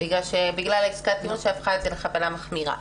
בגלל עסקת הטיעון שהפכה את זה לחבלה מחמירה.